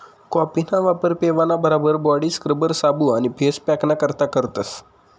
कॉफीना वापर पेवाना बराबर बॉडी स्क्रबर, साबू आणि फेस पॅकना करता करतस